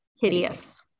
hideous